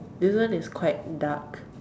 this one is quite dark